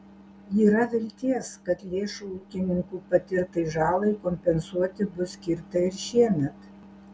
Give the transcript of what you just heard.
yra vilties kad lėšų ūkininkų patirtai žalai kompensuoti bus skirta ir šiemet